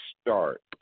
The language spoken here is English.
start